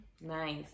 Nice